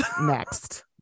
Next